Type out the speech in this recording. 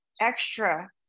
extra